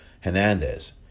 Hernandez